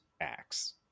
acts